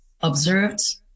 observed